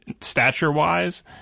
stature-wise